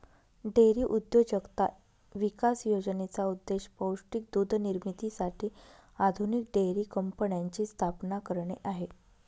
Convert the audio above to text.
dairy उद्योजकता विकास योजनेचा उद्देश पौष्टिक दूध निर्मितीसाठी आधुनिक डेअरी कंपन्यांची स्थापना करणे आहे